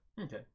Okay